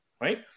Right